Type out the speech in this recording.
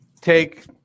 take